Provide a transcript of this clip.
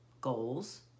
goals